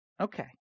Okay